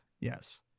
yes